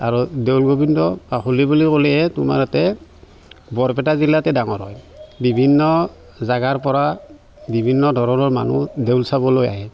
আৰু দৌল গোবিন্দ হ'লি বুলি ক'লেহে তোমাৰ ইয়াতে বৰপেটা জিলাতে ডাঙৰ হয় বিভিন্ন জাগাৰ পৰা বিভিন্ন ধৰণৰ মানুহ দৌল চাবলৈ আহে